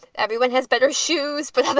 everyone has better shoes, but